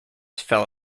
fell